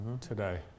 today